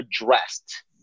addressed